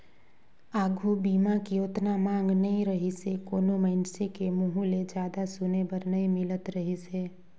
आघू बीमा के ओतना मांग नइ रहीसे कोनो मइनसे के मुंहूँ ले जादा सुने बर नई मिलत रहीस हे